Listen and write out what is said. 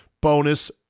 bonus